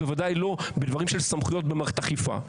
בוודאי לא בדברים של סמכויות במערכת אכיפה.